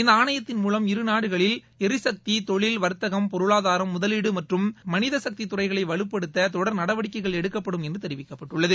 இந்த ஆணையத்தின் மூலம் இருநாடுகளில் எரிசக்தி தொழில் வர்த்தகம் பொருளாதாரம் முதலீடு மற்றும் மனித சக்தித் துறைகளை வலுப்படுத்த தொடர் நடவடிக்கைகள் எடுக்கப்படும் என்று தெரிவிக்கப்பட்டுள்ளது